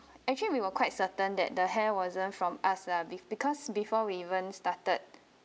actually we were quite certain that the hair wasn't from us lah be because before we even started